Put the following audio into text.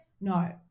No